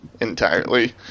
entirely